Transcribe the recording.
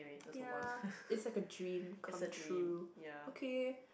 ya is like a dream come true okay